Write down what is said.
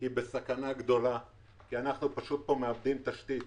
היא בסכנה גדולה כי אנחנו מאבדים תשתית.